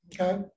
Okay